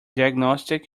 diagnostic